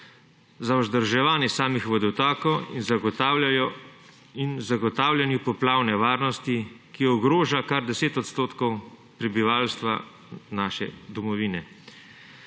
za vzdrževanje samih vodotokov in zagotavljanju poplavne varnosti, ki ogroža kar 10 % prebivalstva naše domovine.